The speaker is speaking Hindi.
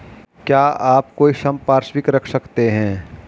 क्या आप कोई संपार्श्विक रख सकते हैं?